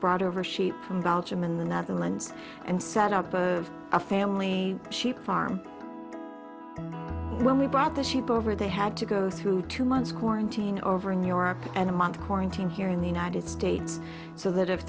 brought over sheep from belgium in the netherlands and set up of a family farm when we bought the sheep over they had to go through two months quarantine over in europe and a month quarantine here in the united states so that if